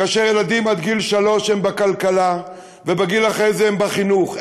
כאשר ילדים עד גיל שלוש הם בכלכלה ובגיל לאחר מכן הם בחינוך,